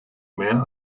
mehr